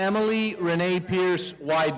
emily renee